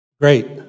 Great